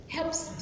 Helps